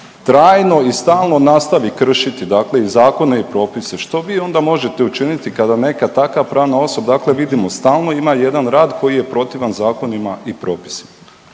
trajno i stalno nastavi kršiti, dakle i zakone i propise. Što vi onda možete učiniti kada neka takva pravna osoba, dakle vidimo stalno ima jedan rad koji je protivan zakonima i propisima.